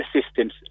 assistance